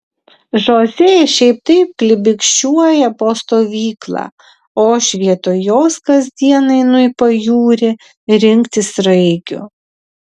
žoze šiaip taip klibikščiuoja po stovyklą o aš vietoj jos kasdien einu į pajūrį rinkti sraigių